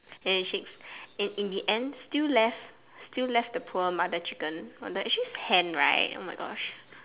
any chicks and in the end still left still left the mother chicken actually hen right oh my gosh